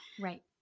Right